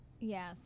Yes